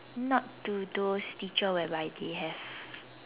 not to those teacher whereby they have